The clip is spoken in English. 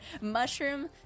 mushroom